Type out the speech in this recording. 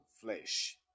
Flesh